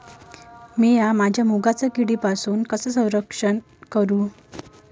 मीया माझ्या मुगाचा किडीपासून कसा रक्षण करू?